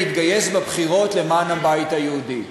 להתגייס בבחירות למען הבית היהודי.